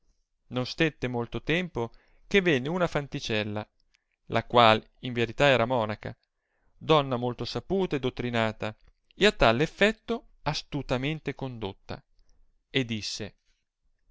non stette molto tempo che venne una fanticella la qual in verità era monaca donna molto saputa e dottrinata e a tal effetto astutamente condotta e disse